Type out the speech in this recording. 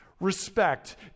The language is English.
respect